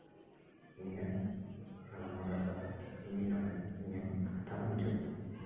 ᱱᱤᱭᱟᱹ ᱜᱟᱞᱢᱟᱨᱟᱣ ᱠᱟᱛᱮ ᱤᱧ ᱱᱚᱰᱮ ᱤᱧᱟᱹᱜ ᱠᱟᱛᱷᱟ ᱢᱩᱪᱟᱹᱫ